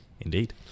Indeed